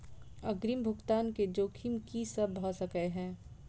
अग्रिम भुगतान केँ जोखिम की सब भऽ सकै हय?